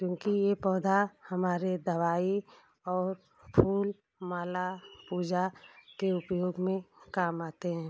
क्योंकि ये पौधा हमारे दवाई और फूल माला पूजा के उपयोग में काम आते हैं